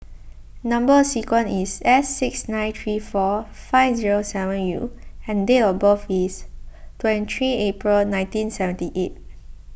Number Sequence is S six nine three four five zero seven U and date of birth is twenty three April nineteen seventy eight